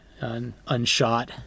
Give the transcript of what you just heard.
unshot